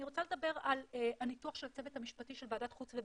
אני רוצה לדבר על הניתוח של הצוות המשפטי של ועדת החוץ והביטחון,